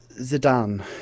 Zidane